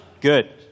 Good